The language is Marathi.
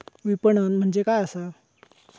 विपणन म्हणजे काय असा?